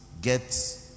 get